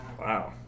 Wow